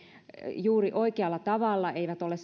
juuri oikealla tavalla eivät ole